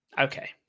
Okay